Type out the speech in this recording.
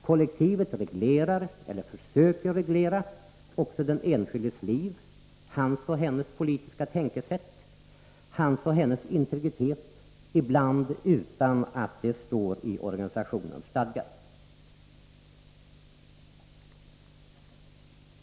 Kollektivet reglerar eller försöker reglera också den enskildes liv, hans och hennes politiska tänkesätt, hans och hennes integritet —- ibland utan att det står i organisationens stadgar.